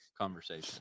conversation